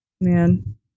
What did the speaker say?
man